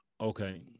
Okay